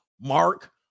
Mark